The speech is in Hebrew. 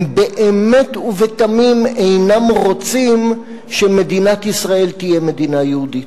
הם באמת ובתמים אינם רוצים שמדינת ישראל תהיה מדינה יהודית.